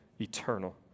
eternal